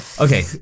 Okay